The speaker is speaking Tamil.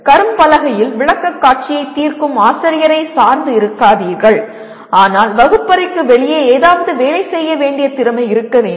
கரும்பலகையில் விளக்கக்காட்சியைத் தீர்க்கும் ஆசிரியரைச் சார்ந்து இருக்காதீர்கள் ஆனால் வகுப்பறைக்கு வெளியே ஏதாவது வேலை செய்ய வேண்டிய திறமை இருக்க வேண்டும்